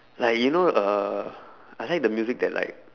like you know uh I like the music that like